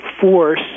force